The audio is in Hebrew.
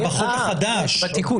בתיקון